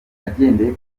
agendeye